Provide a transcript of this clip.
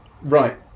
Right